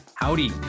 Howdy